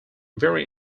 very